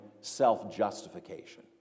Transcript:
self-justification